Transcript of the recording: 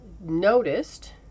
noticed